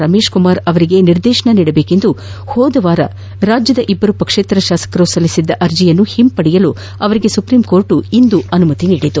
ರಮೇಶ್ಕುಮಾರ್ ಅವರಿಗೆ ನಿರ್ದೇಶನ ನೀಡಬೇಕೆಂದು ಕಳೆದ ವಾರ ರಾಜ್ಯದ ಇಬ್ಬರು ಪಕ್ಷೇತರ ಶಾಸಕರು ಸಲ್ಲಿಸಿದ್ದ ಅರ್ಜಿಯನ್ನು ಹಿಂಪಡೆಯಲು ಅವರಿಗೆ ಸುಪ್ರೀಂ ಕೋರ್ಟ್ ಇಂದು ಅನುಮತಿ ನೀಡಿದೆ